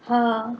uh